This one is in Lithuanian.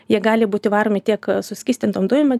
jie gali būti varomi tiek suskystintom dujom